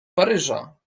paryża